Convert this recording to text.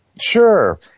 sure